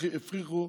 הפריחו